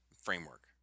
framework